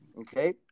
Okay